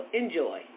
enjoy